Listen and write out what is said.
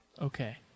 Okay